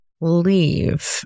leave